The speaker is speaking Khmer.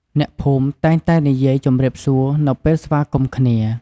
អ្នកភូមិតែងតែនិយាយ ជំរាបសួរ នៅពេលស្វាគមន៍គ្នា។